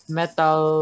metal